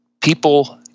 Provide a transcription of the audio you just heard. people-